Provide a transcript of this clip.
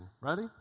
Ready